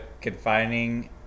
confining